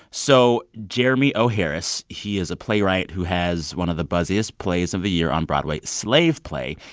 so jeremy o. harris he is a playwright who has one of the buzziest plays of the year on broadway, slave play.